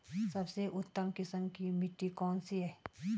सबसे उत्तम किस्म की मिट्टी कौन सी है?